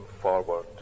forward